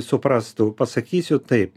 suprastų pasakysiu taip